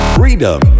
freedom